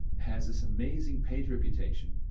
has this amazing page reputation,